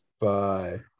bye